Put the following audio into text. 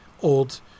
old